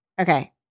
okay